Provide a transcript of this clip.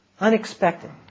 unexpected